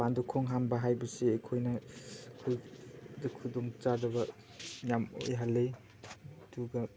ꯃꯄꯥꯟꯗ ꯈꯣꯡ ꯍꯥꯝꯕ ꯍꯥꯏꯕꯁꯤ ꯑꯩꯈꯣꯏꯅ ꯑꯩꯈꯣꯏꯗ ꯈꯨꯗꯣꯡꯆꯥꯗꯕ ꯌꯥꯝ ꯑꯣꯏꯍꯜꯂꯤ ꯑꯗꯨꯒ